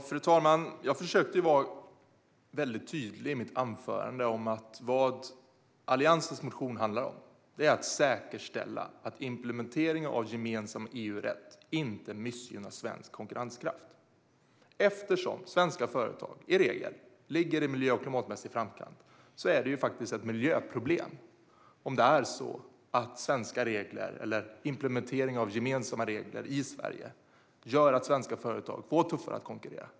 Fru talman! Jag försökte vara tydlig i mitt anförande. Alliansens motion handlar om att säkerställa att implementering av gemensam EU-rätt inte missgynnar svensk konkurrenskraft. Eftersom svenska företag i regel ligger i miljö och klimatmässig framkant är det ett miljöproblem om svenska regler eller implementering av gemensamma regler i Sverige gör att svenska företag får tuffare att konkurrera.